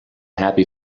happy